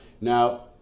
Now